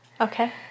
Okay